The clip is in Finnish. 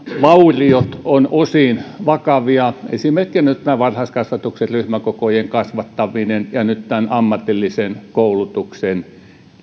vauriot ovat osin vakavia esimerkkeinä nyt nämä varhaiskasvatuksen ryhmäkokojen kasvattaminen ja ammatillisen koulutuksen